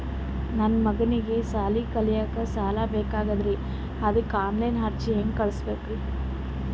ನನ್ನ ಮಗನಿಗಿ ಸಾಲಿ ಕಲಿಲಕ್ಕ ಸಾಲ ಬೇಕಾಗ್ಯದ್ರಿ ಅದಕ್ಕ ಆನ್ ಲೈನ್ ಅರ್ಜಿ ಹೆಂಗ ಹಾಕಬೇಕ್ರಿ?